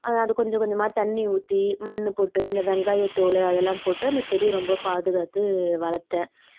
அது கொஞ்ச கொஞ்சமாக தண்ணி ஊற்றி மண் போட்டு இந்த வெங்காயத்தோல் அதெல்லாம் போட்டு அந்த செடி ரொம்ப பாதுகாத்து வளர்த்தேன்